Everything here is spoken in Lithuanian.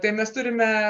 tai mes turime